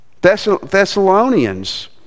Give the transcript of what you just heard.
Thessalonians